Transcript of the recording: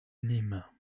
nîmes